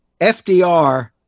FDR